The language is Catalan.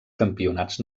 campionats